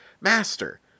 Master